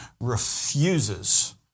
refuses